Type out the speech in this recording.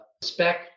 spec